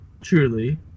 Truly